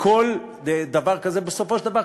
וכל דבר כזה בסופו של דבר,